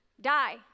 die